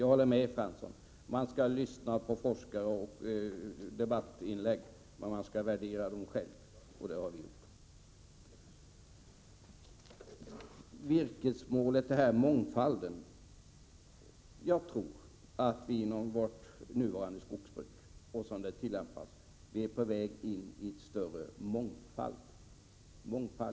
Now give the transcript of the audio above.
Jag håller med Jan Fransson: man skall lyssna på forskare och debattinlägg, men man skall värdera dem själv. Det har vi gjort. Beträffande virkesmålet tror jag att vi, som vårt nuvarande skogsbruk helt riktigt tillämpas, är på väg in i en större mångfald.